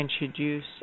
introduce